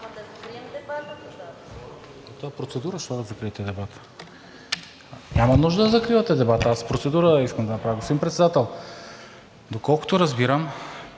(БСП за България): Това е процедура, защо да закриете дебата? Няма нужда да закривате дебата, аз процедура искам да направя. Господин Председател, доколкото разбирам,